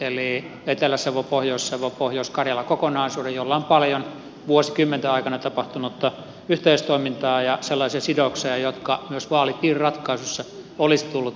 eli etelä savopohjois savopohjois karjala kokonaisuuden jolla on paljon vuosikymmenten aikana tapahtunutta yhteistoimintaa ja sellaisia sidoksia jotka myös vaalipiiriratkaisuissa olisi tullut huomioida